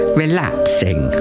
relaxing